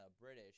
British